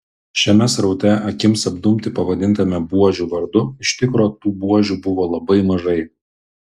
šiame sraute akims apdumti pavadintame buožių vardu iš tikro tų buožių buvo labai mažai